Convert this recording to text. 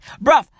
Bro